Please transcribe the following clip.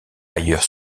ailleurs